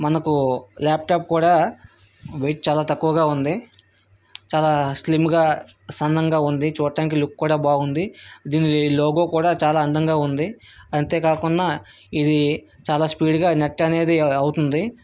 మనకు లాప్టాప్ కూడా వెయిట్ చాలా తక్కువగా ఉంది చాలా స్లిమ్గా సన్నంగా ఉంది చూడడానికి లుక్ కూడా బాగుంది దీని లోగో కూడా చాలా అందంగా ఉంది అంతేకాకుండా ఇది చాలా స్పీడ్గా నెట్ అనేది అవుతుంది